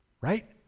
right